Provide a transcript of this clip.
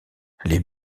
les